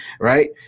Right